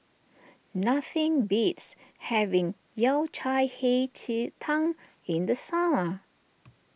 nothing beats having Yao Cai Hei Ji Tang in the summer